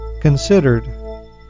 considered